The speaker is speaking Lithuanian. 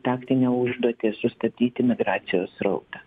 taktinę užduotį sustabdyti migracijos srautą